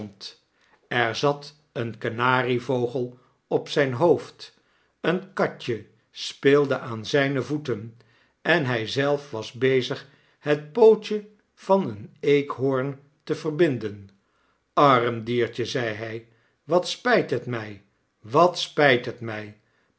er zat een kanarievogel op zijn hoofd een katje speelde aan zijne voeten en hij zelf was bezig het pootje van een eekhoorn te verbinden arm diertje zeide hij wat spijt het mij wat spijt het mij